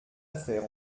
affaire